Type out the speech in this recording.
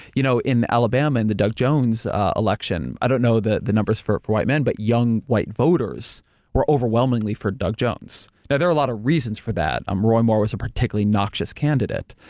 you know in alabama, in the doug jones election. i don't know the the numbers for for white men, but young white voters were overwhelmingly for doug jones. now there are a lot of reasons for that. i'm rolling more with a particularity noxious candidate,